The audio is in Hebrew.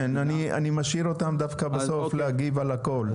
כן, אני משאיר אותם דווקא בסוף להגיב על הכל.